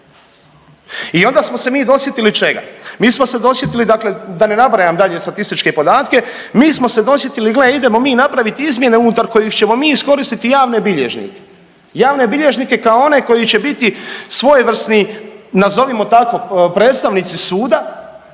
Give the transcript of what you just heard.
I onda smo se mi dosjetili čega? Mi smo se dosjetili dakle da ne nabrajam dalje statističke podatke, mi smo se dosjetili gle idemo mi napraviti izmjene unutar kojih ćemo mi iskoristiti javne bilježnike. Javne bilježnike kao one koji će biti svojevrsni nazovimo tako predstavnici suda